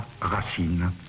racine